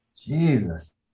Jesus